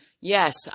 yes